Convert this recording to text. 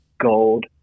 gold